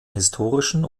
historischen